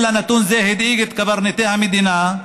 אלא נתון זה הדאיג את קברניטי המדינה,